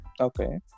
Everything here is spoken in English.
Okay